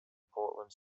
portland